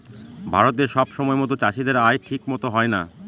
ভারতে সব সময়তো চাষীদের আয় ঠিক মতো হয় না